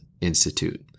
Institute